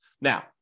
Now